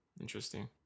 interesting